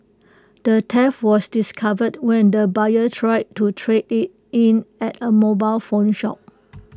the theft was discovered when the buyer tried to trade IT in at A mobile phone shop